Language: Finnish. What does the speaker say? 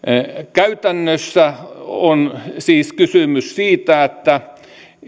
käytännössä on siis kysymys siitä että